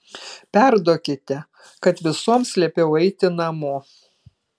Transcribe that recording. perduokite kad visoms liepiau eiti namo